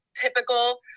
typical